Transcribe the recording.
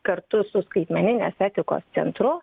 kartu su skaitmeninės etikos centru